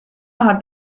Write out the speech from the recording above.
hat